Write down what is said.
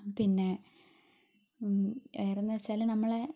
പിന്നെ വേറൊന്നു വച്ചാൽ നമ്മളെ